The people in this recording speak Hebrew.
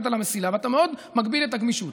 על המסילה ואתה מאוד מגביל את הגמישות.